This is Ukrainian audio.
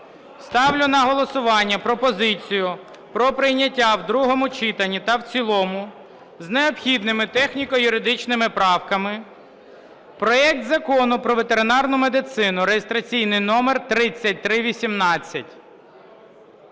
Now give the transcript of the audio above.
Ставлю на голосування пропозицію про прийняття в другому читанні та в цілому з необхідними техніко-юридичними правками проект Закону про ветеринарну медицину (реєстраційний номер 3318).